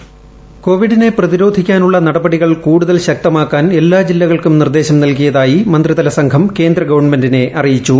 voice കോവിഡിനെ പ്രതിരോധിക്കാനുള്ള നടപടികൾ കൂടുതൽ ശക്തമാക്കാൻ എല്ലാ ജില്ലകൾക്കും നിർദ്ദേശം നൽകിയതായി മന്ത്രിതല സംഘം കേന്ദ്ര ഗവൺമെന്റിനെ അറിയിച്ചു